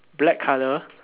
black colour